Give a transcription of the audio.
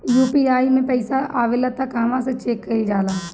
UPI मे पइसा आबेला त कहवा से चेक कईल जाला?